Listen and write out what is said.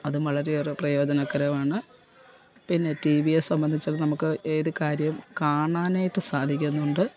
അതും വളരെ ഏറെ പ്രയോജനക്കരമാണ് പിന്നെ ടീവിയെ സംബന്ധിച്ചു നമുക്ക് ഏത് കാര്യവും കാണാനായിട്ട് സാധിക്കുന്നുണ്ട്